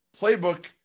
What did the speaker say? playbook